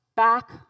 back